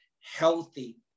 healthy